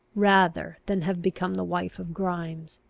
rather than have become the wife of grimes.